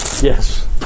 Yes